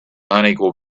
unequal